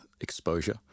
exposure